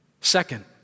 Second